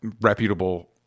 reputable